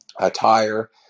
attire